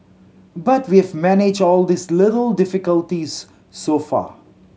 but we've managed all these little difficulties so far